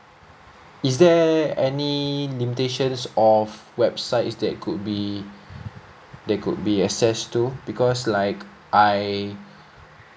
is there any limitations of website is that could be that could be access to because like I